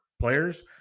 players